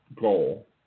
goal